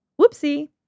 Whoopsie